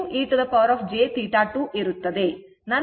V2 arrow V2 e jθ2 ಇರುತ್ತದೆ